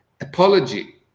apology